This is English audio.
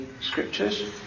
scriptures